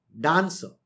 dancer